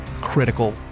critical